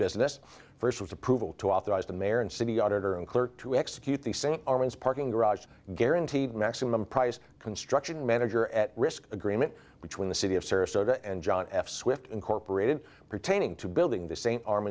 business first with approval to authorize the mayor and city auditor and clerk to execute the same parking garage guaranteed maximum price construction manager at risk agreement between the city of sarasota and john f swift incorporated pertaining to building the same arm